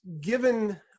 given